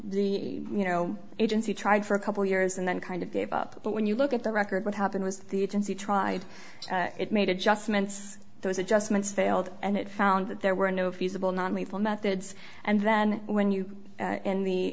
that you know agency tried for a couple years and then kind of gave up but when you look at the record what happened was the agency tried it made adjustments those adjustments they hold and it found that there were no feasible non lethal methods and then when you in the